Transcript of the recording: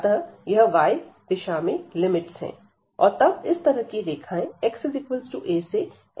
अतः यह y दिशा में लिमिट्स हैं और तब इस तरह की रेखाएं x a से x b तक जाती है